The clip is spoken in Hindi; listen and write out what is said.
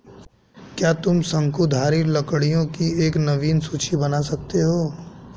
क्या तुम शंकुधारी लकड़ियों की एक नवीन सूची बना सकते हो?